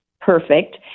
perfect